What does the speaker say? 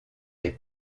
des